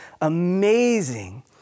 amazing